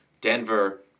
Denver